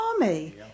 army